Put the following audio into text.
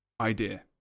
idea